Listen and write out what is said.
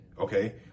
Okay